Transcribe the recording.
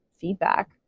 feedback